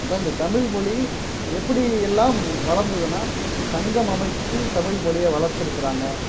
அப்போ இந்த தமிழ்மொழி எப்படியெல்லாம் வளர்ந்ததுன்னா சங்கம் அமைச்சு தமிழ்மொழியை வளர்த்துருக்கிறாங்க